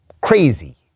crazy